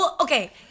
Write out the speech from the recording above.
okay